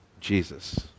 Jesus